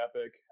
epic